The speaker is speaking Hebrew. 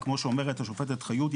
וכמו שאומרת השופטת חיות,